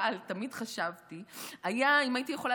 תמיד חשבתי כמה היה קל היה אם הייתי יכולה